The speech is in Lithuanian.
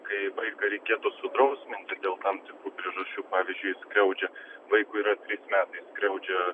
kai vaiką reikėtų sudrausminti dėl tam tikrų priežasčių pavyzdžiui skriaudžia vaikui yra trys metai skriaudžia